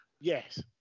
Yes